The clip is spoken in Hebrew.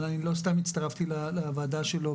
אני לא סתם הצטרפתי לוועדה שלו,